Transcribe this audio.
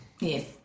Yes